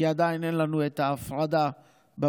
כי עדיין אין לנו את ההפרדה ב-133.